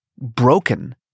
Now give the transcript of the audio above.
broken